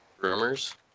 rumors